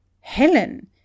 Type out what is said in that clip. Helen